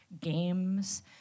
games